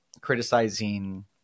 criticizing